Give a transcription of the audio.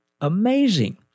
amazing